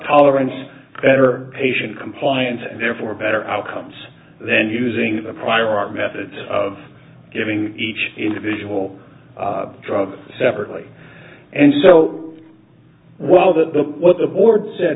tolerance better patient compliance and therefore better outcomes then using the prior art method of giving each individual drugs separately and so well that the what the board said